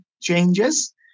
changes